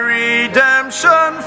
redemption